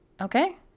Okay